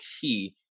key